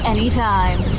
Anytime